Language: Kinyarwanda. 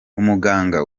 umuganga